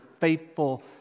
faithful